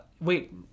wait